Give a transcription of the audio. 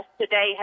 today